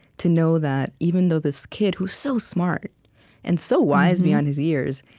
to know that even though this kid who's so smart and so wise beyond his years,